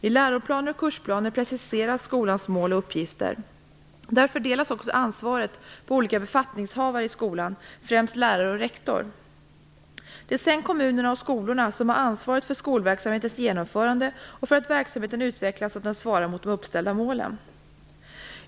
I läroplaner och kursplaner preciseras skolans mål och uppgifter. Där fördelas också ansvaret på olika befattningshavare i skolan, främst lärare och rektor. Det är sedan kommunerna och skolorna som har ansvaret för skolverksamhetens genomförande och för att verksamheten utvecklas så att den svarar mot de uppställda målen.